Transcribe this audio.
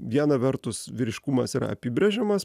viena vertus vyriškumas yra apibrėžiamas